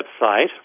website